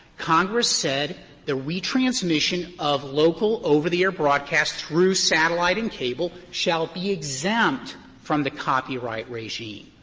congress said the retransmission of local over-the-air broadcasts through satellite and cable shall be exempt from the copyright regime.